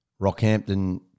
Rockhampton